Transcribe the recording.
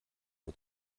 nur